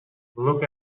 look